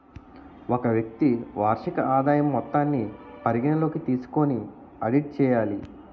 ఒక వ్యక్తి వార్షిక ఆదాయం మొత్తాన్ని పరిగణలోకి తీసుకొని ఆడిట్ చేయాలి